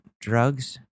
drugs